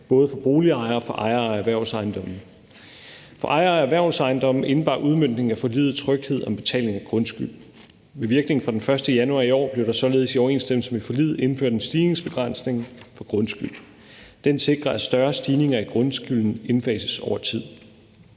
både for boligejere og for ejere af erhvervsejendomme. For ejere af erhvervsejendomme indebar udmøntningen af forliget tryghed om betaling af grundskyld. Ved virkningen fra den 1. januar i år blev der således i overensstemmelse med forliget indført en stigningsbegrænsning for grundskyld. Den sikrer, at større stigninger i grundskylden indfases over tid.